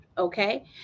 Okay